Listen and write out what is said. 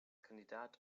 kandidat